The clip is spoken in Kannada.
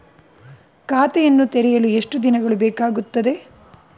ಖಾತೆಯನ್ನು ತೆರೆಯಲು ಎಷ್ಟು ದಿನಗಳು ಬೇಕಾಗುತ್ತದೆ?